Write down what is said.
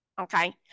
Okay